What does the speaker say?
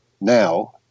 now